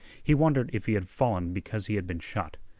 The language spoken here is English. he wondered if he had fallen because he had been shot.